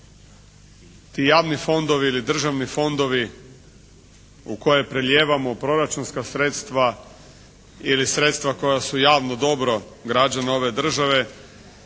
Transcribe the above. Ti javni fondovi ili državni fondovi u koje prelijevamo proračunska sredstva ili sredstva koja su javno dobro građana ove države,